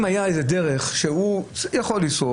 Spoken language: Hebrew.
אם הייתה דרך שהוא יכול לשרוף